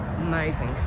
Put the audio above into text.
amazing